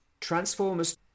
Transformers